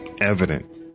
evident